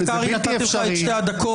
חייב להתפטר ולא יכול להיות שר.